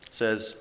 says